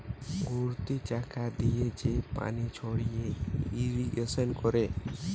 ঘুরতি চাকা দিয়ে যে পানি ছড়িয়ে ইরিগেশন করে